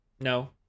No